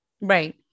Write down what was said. Right